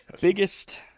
biggest